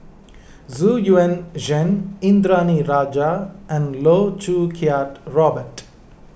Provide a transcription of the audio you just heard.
Xu Yuan Zhen Indranee Rajah and Loh Choo Kiat Robert